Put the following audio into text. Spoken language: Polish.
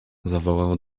zawołał